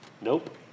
Nope